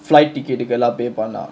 flight ticket எல்லா:ellaa pay பண்ணா:pannaa